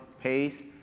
pace